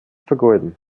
vergeuden